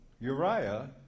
Uriah